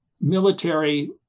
military